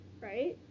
Right